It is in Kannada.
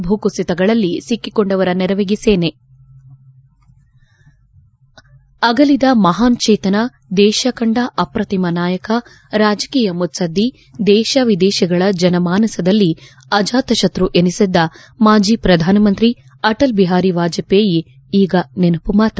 ಭೂಕುಸಿತಗಳಲ್ಲಿ ಸಿಕ್ಕಿಕೊಂಡವರ ನೆರವಿಗೆ ಸೇನೆ ಅಗಲಿದ ಮಹಾನ್ ಚೇತನ ದೇಶ ಕಂಡ ಅಪ್ರತಿಮ ನಾಯಕ ರಾಜಕೀಯ ಮುತ್ಸದ್ದಿ ದೇಶ ವಿದೇಶಗಳ ಜನ ಮಾನಸದಲ್ಲಿ ಅಜಾತತ್ತು ಎನಿಸಿದ್ದ ಮಾಜಿ ಪ್ರಧಾನಮಂತ್ರಿ ಆಟಲ್ ಬಿಹಾರಿ ವಾಜಪೇಯಿ ಈಗ ನೆನಪು ಮಾತ್ರ